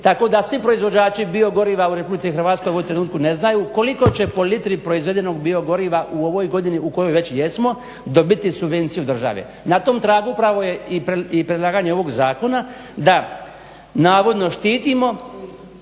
tako da svi proizvođači biogoriva u RH u ovom trenutku ne znaju koliko će po litri proizvedenog biogoriva u ovoj godini u kojoj već jesmo dobiti subvenciju države. Na tom tragu upravo je i predlaganje ovog zakona da navodno štitimo